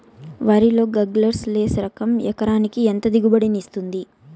వరి లో sugarless less రకం ఎకరాకి ఎంత దిగుబడినిస్తుంది